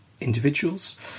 individuals